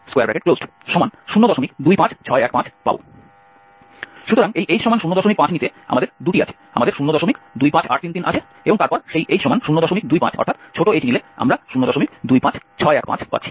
সুতরাং এই h05 নিতে আমাদের দুটি আছে আমাদের 025833 আছে এবং তারপর সেই h025 ছোট h নিলে আমরা 025615 পাচ্ছি